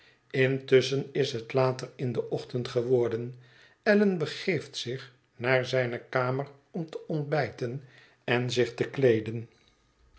intusschen is het later in den ochtend geworden allan begeeft zich naar zijne kamer om te ontbijten en zich te kleeden